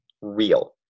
real